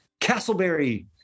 Castleberry